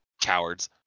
Cowards